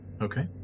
okay